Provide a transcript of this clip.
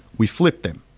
we flipped them.